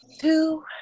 two